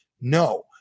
No